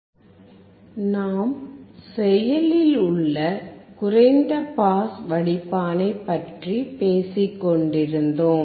பரிசோதனை op amp அடிப்படையிலான செயலில் குறைந்த பாஸ் வடிப்பான் நாம் செயலில் உள்ள குறைந்த பாஸ் வடிப்பானை பற்றி பேசிக் கொண்டிருந்தோம்